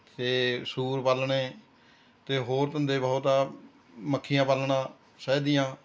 ਅਤੇ ਸੂਰ ਪਾਲਣੇ ਅਤੇ ਹੋਰ ਧੰਦੇ ਬਹੁਤ ਆ ਮੱਖੀਆਂ ਪਾਲਣਾ ਸ਼ਹਿਦ ਦੀਆਂ